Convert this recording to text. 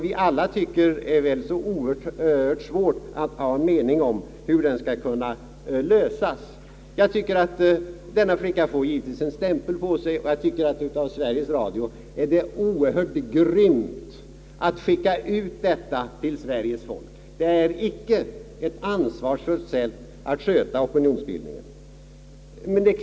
Vi tycker alla att det är så svårt att ha en mening om hur den skall lösas. Denna flicka får givetvis en stämpel på sig. Av Sveriges Radio är det oerhört grymt att skicka ut ett sådant program till Sveriges folk. Det är icke ett ansvarsfullt sätt att sköta opinionsbildningen att förfara så.